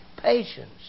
patience